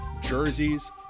jerseys